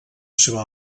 seua